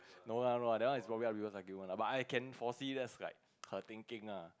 no lah no lah that one is probably I but I can foresee that's like her thinking lah